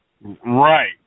Right